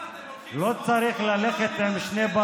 למה אתם מדברים סחור-סחור ולא עונים על השאלה?